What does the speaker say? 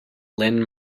lynn